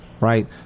right